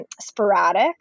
sporadic